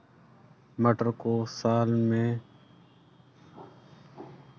मटर को साल भर में कितनी बार बुआई कर सकते हैं सबसे ज़्यादा पैदावार किस मौसम में होती है?